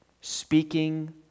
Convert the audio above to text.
speaking